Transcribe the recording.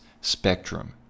spectrum